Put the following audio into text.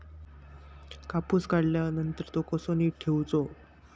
कापूस काढल्यानंतर तो कसो नीट ठेवूचो?